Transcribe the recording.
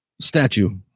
statue